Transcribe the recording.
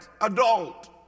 adult